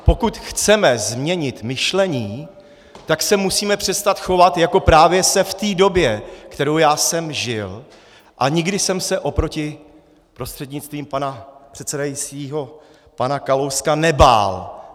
Pokud chceme změnit myšlení, tak se musíme přestat chovat, jako právě se v té době, kterou já jsem žil, a nikdy jsem se oproti, prostřednictvím pana předsedajícího, pana Kalouska nebál.